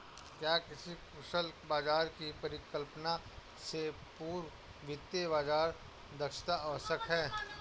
क्या किसी कुशल बाजार की परिकल्पना से पूर्व वित्तीय बाजार दक्षता आवश्यक है?